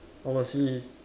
I want to see